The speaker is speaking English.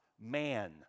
man